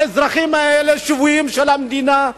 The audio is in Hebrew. האזרחים האלה שבויים של המדינה,